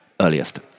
earliest